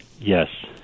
Yes